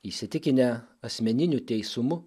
įsitikinę asmeniniu teisumu